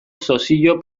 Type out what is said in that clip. sozio